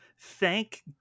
thank